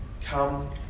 come